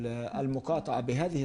לדוח.